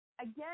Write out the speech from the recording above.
again